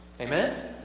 Amen